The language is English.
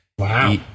Wow